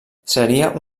seria